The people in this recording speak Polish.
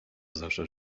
zawsze